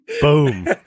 Boom